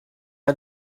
are